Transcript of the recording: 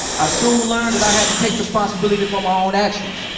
i soon learned that i had to take responsibility for my own actions.